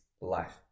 life